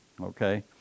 Okay